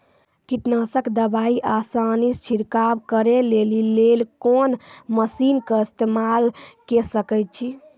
कीटनासक दवाई आसानीसॅ छिड़काव करै लेली लेल कून मसीनऽक इस्तेमाल के सकै छी?